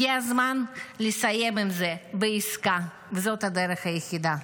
הגיע הזמן לסיים עם זה בעסקה, וזאת הדרך היחידה.